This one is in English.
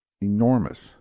enormous